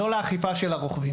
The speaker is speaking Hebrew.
לא לאכיפה של הרוכבים.